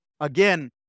Again